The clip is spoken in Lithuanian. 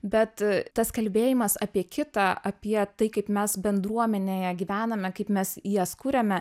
bet tas kalbėjimas apie kitą apie tai kaip mes bendruomenėje gyvename kaip mes jas kuriame